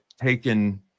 taken